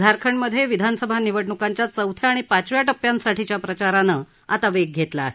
झारखंडमधे विधानसभा निवडण्कांच्या चौथ्या आणि पाचव्या टप्प्यांसाठीच्या प्रचारानं आता वेग घेतला आहे